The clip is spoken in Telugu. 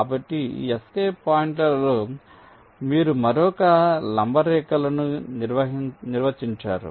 కాబట్టి ఈ ఎస్కేప్ పాయింట్లలో మీరు మరొక లంబ రేఖలను నిర్వచించారు